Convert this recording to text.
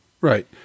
right